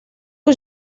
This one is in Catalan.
que